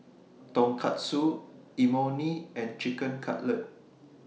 Tonkatsu Imoni and Chicken Cutlet